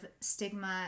stigma